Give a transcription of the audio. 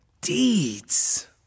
deeds